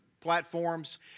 platforms